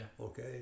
okay